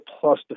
plus